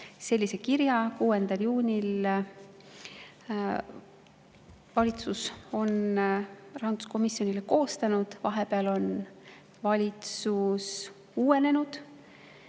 Sellise kirja 6. juunil valitsus on rahanduskomisjonile koostanud. Vahepeal on valitsus uuenenud.